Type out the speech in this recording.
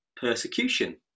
persecution